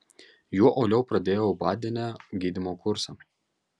juo uoliau pradėjau badene gydymo kursą